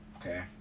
okay